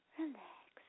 relax